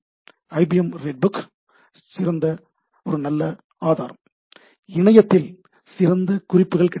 IBM red book ஒரு நல்ல ஆதாரம் இணையத்தில் சிறந்த குறிப்புகள் கிடைக்கப்பெறும்